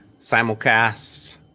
simulcast